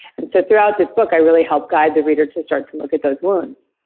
and so throughout this book i really help guide the reader to start to look at those wounds